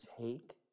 Take